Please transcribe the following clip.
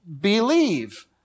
believe